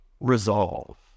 resolve